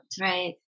Right